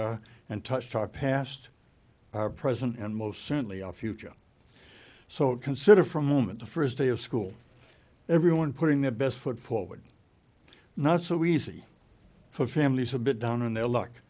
are and touch talk past our present and most certainly our future so consider for a moment the first day of school everyone putting their best foot forward not so easy for families a bit down on their luck